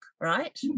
right